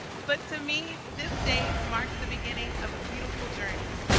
but to me, this day marks the beginning of a beautiful journey.